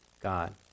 God